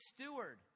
steward